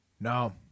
No